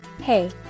Hey